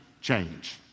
change